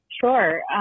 Sure